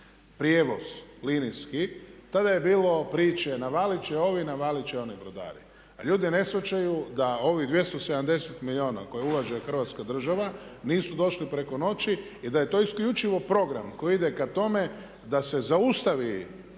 prijevoz linijski tada je bilo priče, navalit će ovi, navalit će oni brodari a ljudi ne shvaćaju da ovih 270 milijuna koje ulaže Hrvatska država nisu došli preko noći i da je to isključivo program koji ide ka tome da se zaustavi